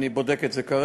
אני בודק את זה כרגע,